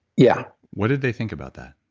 yeah what did they think about that?